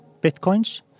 Bitcoins